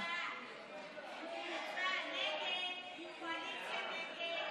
ההצעה להעביר לוועדה את הצעת חוק נישואין וגירושין,